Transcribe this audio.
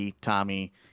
Tommy